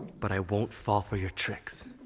but i won't fall for your tricks!